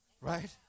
Right